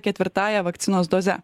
ketvirtąja vakcinos doze